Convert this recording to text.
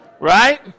Right